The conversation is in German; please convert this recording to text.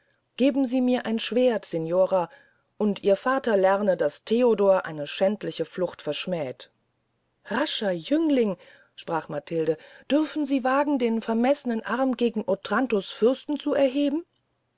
geben sie mir ein schwerd signora und ihr vater lerne daß theodor eine schändliche flucht verschmäht rascher jüngling sprach matilde dürften sie wagen den vermeßnen arm gegen otranto's fürsten zu erheben